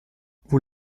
vous